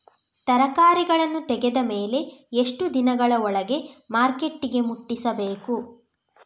ತರಕಾರಿಗಳನ್ನು ತೆಗೆದ ಮೇಲೆ ಎಷ್ಟು ದಿನಗಳ ಒಳಗೆ ಮಾರ್ಕೆಟಿಗೆ ಮುಟ್ಟಿಸಬೇಕು?